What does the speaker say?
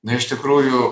na iš tikrųjų